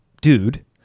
dude